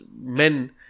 men